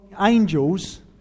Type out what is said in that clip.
angels